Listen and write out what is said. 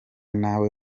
nawe